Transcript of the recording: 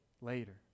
later